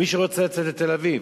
מי שרוצה לצאת לתל-אביב,